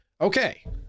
okay